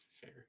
fair